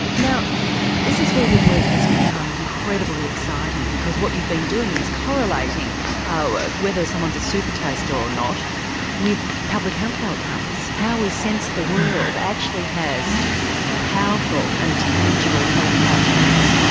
now this is where your work has become incredibly exciting because what you've been doing is correlating ah whether someone is a supertaster or not with public health outcomes. how we sense the world actually has powerful and tangible health outcomes.